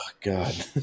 God